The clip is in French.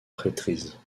prêtrise